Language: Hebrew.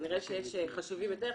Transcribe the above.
כנראה שיש חשובים יותר,